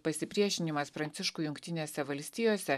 pasipriešinimas pranciškui jungtinėse valstijose